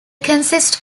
consist